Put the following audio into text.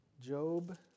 Job